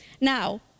now